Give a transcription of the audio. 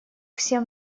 всем